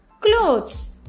clothes